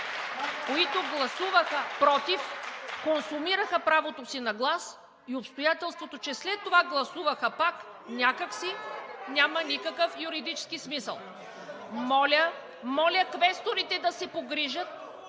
които гласуваха „против“, консумираха правото си на глас и обстоятелството, че след това гласуваха пак, някак си няма никакъв юридически смисъл. (Шум и реплики.)